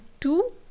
two